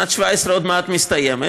שנת 2017 עוד מעט מסתיימת,